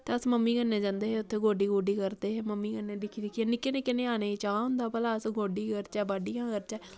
ते अस मम्मी कन्नै जंदे हे ते उत्थै गोड्डी गूड्डी करदे हे मम्मी कन्नै दिक्खी दिक्खियै निक्के ञयानें गी चा होंदा भला अस गोड्डी करचै बाड़िया करचै इ'यां करचै